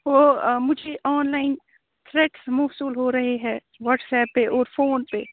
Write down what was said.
وہ مجھے online threats موصول ہو رہے ہیں واٹس ایپ پہ اور فون پہ